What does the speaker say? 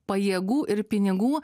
pajėgų ir pinigų